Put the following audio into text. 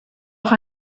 auch